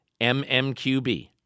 MMQB